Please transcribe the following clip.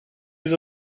les